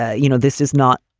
ah you know, this is not